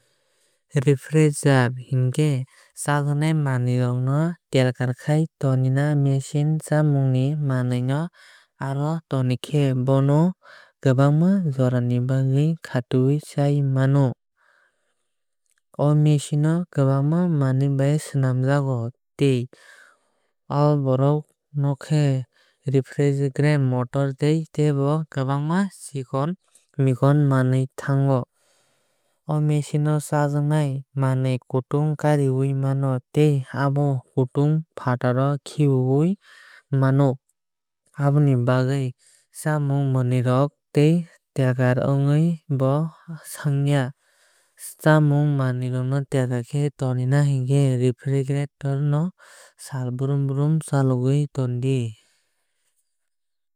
Refrigerator hinkhe chajaknai manwui rok no telkar khai tonina machine. Chamung ni manwui no aro o tonikhe bono kwbangma jora ni bagwui khatiui chai mano. O machine o kwbangma manwui bai swlamjago tei aborok onkha refrigerant motor tei tebo kwbangma choikon mikon manwui tongo. O machine chajaknai manwui kuntung kariui mano tei abo kutung no fataro khibwui mano. Aboni bagwui chamung manwui rok tei telkar ongo bo thangya. Chamung manwui no telkar khe tonina hinkhe refrigerator no sal brum brum chalogwui tondi.